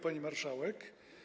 Pani Marszałek!